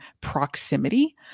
proximity